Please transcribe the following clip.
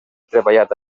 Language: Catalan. treballat